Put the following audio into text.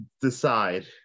decide